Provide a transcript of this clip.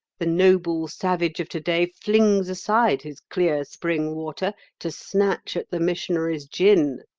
the noble savage of today flings aside his clear spring water to snatch at the missionary's gin.